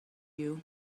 you